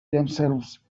themselves